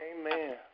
amen